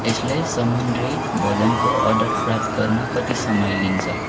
यसले समुद्री भोजनको अर्डर प्राप्त गर्न कति समय लिन्छ